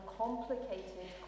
complicated